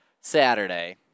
Saturday